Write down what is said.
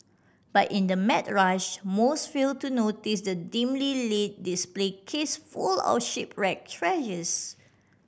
but in the mad rush most fail to notice the dimly lit display case full of shipwreck treasures